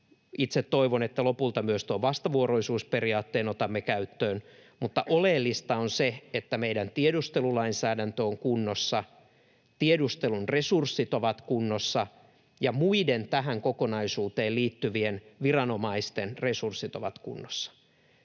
itse toivon, että lopulta myös tuon vastavuoroisuusperiaatteen otamme käyttöön, mutta oleellista on se, että meidän tiedustelulainsäädäntö on kunnossa, tiedustelun resurssit ovat kunnossa ja muiden tähän kokonaisuuteen liittyvien viranomaisten resurssit ovat kunnossa.